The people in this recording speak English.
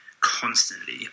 constantly